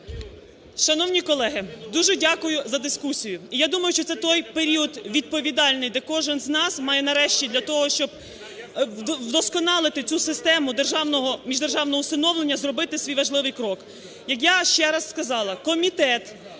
Шановні колеги, дуже дякую за дискусію. І я думаю, що це той період відповідальний, де кожен з нас має нарешті для того, щоб вдосконалити цю систему державного, міждержавного усиновлення, зробити свій важливий крок.